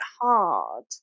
hard